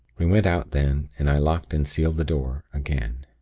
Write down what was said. we went out then, and i locked and sealed the door, again.